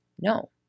no